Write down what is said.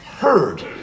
Heard